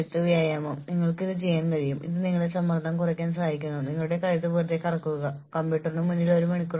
ഉത്തരവാദിത്തങ്ങളുടെ വ്യാപ്തി വർദ്ധിപ്പിക്കുമ്പോൾ ഓരോ ജോലിയുടെയും ശമ്പള പരിധി വർദ്ധിപ്പിക്കുക